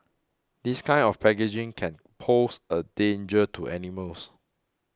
this kind of packaging can pose a danger to animals